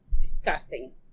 disgusting